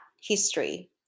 history